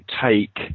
take